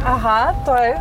aha tuoj